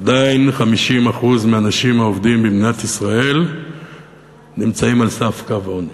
עדיין 50% מהאנשים העובדים במדינת ישראל נמצאים על סף קו העוני.